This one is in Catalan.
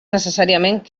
necessàriament